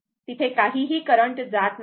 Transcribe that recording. तर तिथे काहीही करंट जात नाही